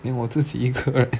then 我自己一个 leh